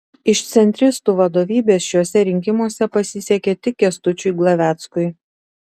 iš centristų vadovybės šiuose rinkimuose pasisekė tik kęstučiui glaveckui